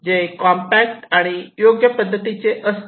जे कॉम्पॅक्ट आणि योग्य पद्धतीचे असते